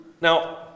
Now